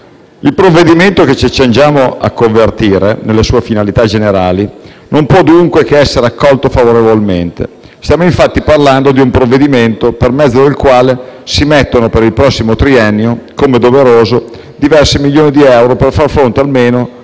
Il provvedimento che ci accingiamo a convertire, nelle sue finalità generali, non può dunque che essere accolto favorevolmente. Stiamo infatti parlando di un provvedimento per mezzo del quale si mettono per il prossimo triennio, come doveroso, diversi milioni di euro per far fronte almeno ad alcune